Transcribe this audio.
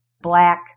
black